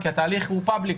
כי התהליך הוא ציבורי,